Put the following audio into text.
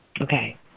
Okay